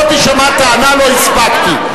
לא תישמע טענה "לא הספקתי".